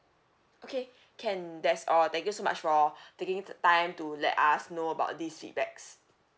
okay can that's all thank you so much for taking the time to let us know about these feedbacks